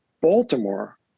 Baltimore